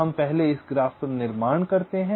हम पहले इस ग्राफ का निर्माण करते हैं